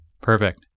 Perfect